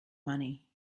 money